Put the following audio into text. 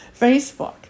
Facebook